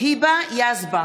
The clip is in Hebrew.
היבה יזבק,